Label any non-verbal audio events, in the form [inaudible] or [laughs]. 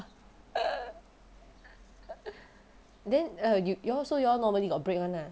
[laughs] then err you you all so you all normally got break [one] ah